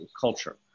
culture